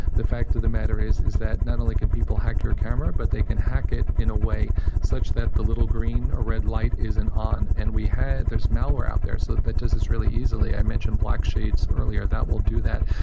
the fact of the matter is is that not only can people hack your camera, but they can hack it in a way such that the little green or red light isn't on. and there's malware out there so that does this really easily. i mentioned black shades earlier. that will do that.